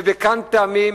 ומכמה טעמים,